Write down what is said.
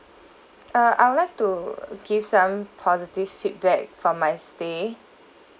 uh I would like to give some positive feedback from my stay